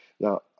Now